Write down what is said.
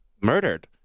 murdered